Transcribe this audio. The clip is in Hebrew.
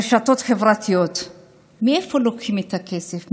הרשתות, מאיפה לוקחים את הכסף?